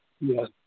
Yes